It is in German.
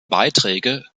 beiträge